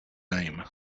name